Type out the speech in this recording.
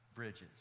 Bridges